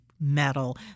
metal